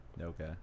Okay